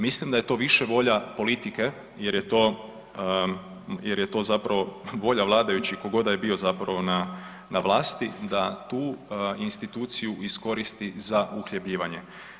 Mislim da je to više volja politike jer je to, jer je to zapravo volja vladajućih tko god da je bio zapravo na vlasti da tu instituciju iskoristi za uhljebljivanje.